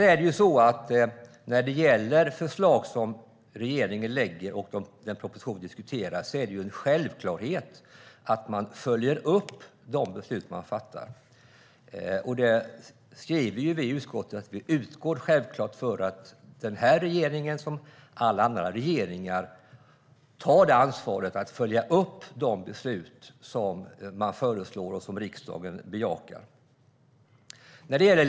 I fråga om de förslag som regeringen lägger fram och i fråga om den proposition som vi diskuterar är det en självklarhet att man följer upp de beslut som man fattar. Vi i utskottet skrev ju att vi självklart utgår från att den här regeringen, som alla andra regeringar, tar ansvaret att följa upp de beslut som man föreslår och som riksdagen bejakar.